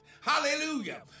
Hallelujah